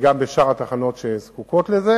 וגם בשאר התחנות שזקוקות לזה.